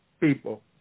people